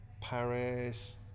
Paris